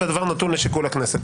והדבר נתון לשיקול הכנסת.